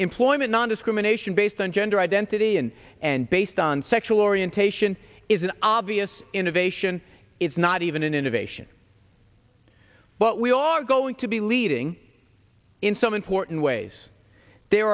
employment nondiscrimination based on gender identity and and based on sexual orientation is an obvious innovation it's not even an innovation but we are going to be leading in some important ways there